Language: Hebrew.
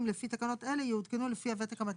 לפי תקנות אלה יעודכנו לפי הוותק המתאים.